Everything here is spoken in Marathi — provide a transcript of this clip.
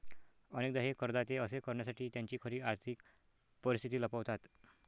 अनेकदा हे करदाते असे करण्यासाठी त्यांची खरी आर्थिक परिस्थिती लपवतात